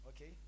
Okay